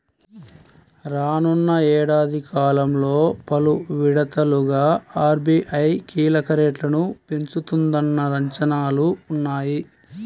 రానున్న ఏడాది కాలంలో పలు విడతలుగా ఆర్.బీ.ఐ కీలక రేట్లను పెంచుతుందన్న అంచనాలు ఉన్నాయి